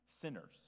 sinners